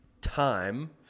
time